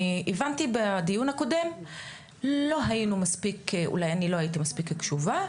הבנתי שבדיון הקודם שאולי אני לא הייתי מספיק קשובה,